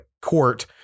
court